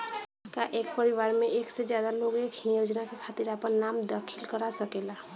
का एक परिवार में एक से ज्यादा लोग एक ही योजना के खातिर आपन नाम दाखिल करा सकेला?